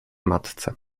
matce